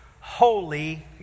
holy